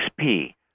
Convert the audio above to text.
xp